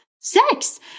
sex